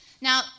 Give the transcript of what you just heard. Now